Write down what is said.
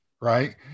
right